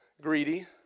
Greedy